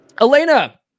Elena